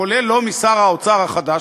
כולל לא משר האוצר החדש,